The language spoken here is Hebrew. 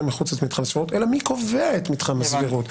מחוץ למתחם הסבירות אלא מי קובע את מתחם הסבירות.